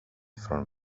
från